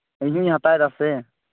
ᱤᱧ ᱦᱩᱧ ᱦᱟᱛᱟᱣ ᱮᱫᱟᱥᱮ